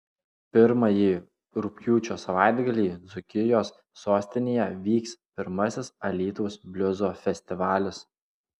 pirmąjį rugpjūčio savaitgalį dzūkijos sostinėje vyks pirmasis alytaus bliuzo festivalis